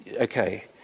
okay